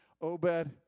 Obed